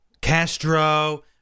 Castro